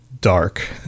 dark